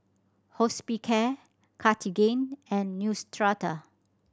Hospicare Cartigain and Neostrata